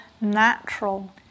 natural